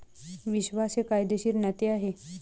विश्वास हे कायदेशीर नाते आहे